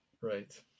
right